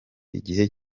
igihe